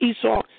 Esau